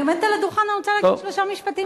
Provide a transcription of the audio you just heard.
אני עומדת על הדוכן ואני רוצה להגיד שלושה משפטים ברצף.